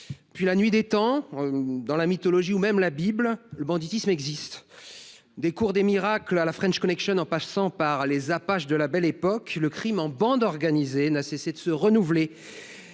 Depuis la nuit des temps, dans la mythologie ou même dans la Bible, le banditisme existe. Des cours des miracles à la en passant par les Apaches de la Belle Époque, le crime en bande organisée n’a cessé de se renouveler,